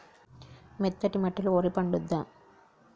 మెత్తటి మట్టిలో వరి పంట పండుద్దా?